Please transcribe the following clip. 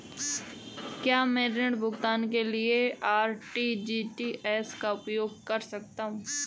क्या मैं ऋण भुगतान के लिए आर.टी.जी.एस का उपयोग कर सकता हूँ?